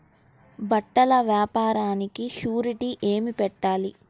బట్టల వ్యాపారానికి షూరిటీ ఏమి పెట్టాలి?